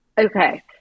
Okay